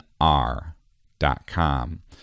R.com